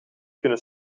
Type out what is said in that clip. kunnen